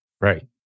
Right